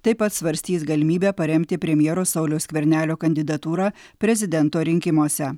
taip pat svarstys galimybę paremti premjero sauliaus skvernelio kandidatūrą prezidento rinkimuose